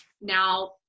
Now